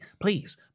please